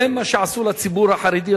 זה מה שעשו לציבור החרדי,